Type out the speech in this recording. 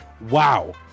wow